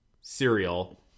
cereal